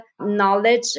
knowledge